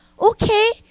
Okay